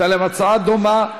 הייתה להם הצעה דומה,